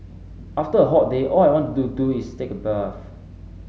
after a hot day all I want to do is take a bath